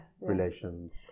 relations